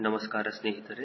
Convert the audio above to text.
ನಮಸ್ಕಾರ ಸ್ನೇಹಿತರೆ